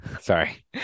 sorry